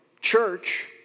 church